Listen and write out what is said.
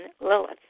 Lilith